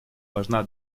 важна